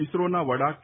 ઇસરોના વડા કે